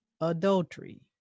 adultery